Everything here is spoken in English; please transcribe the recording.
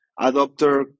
adopter